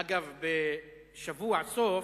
אגב, ב"שבוע סוף"